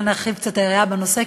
אז אולי נרחיב קצת את היריעה בנושא,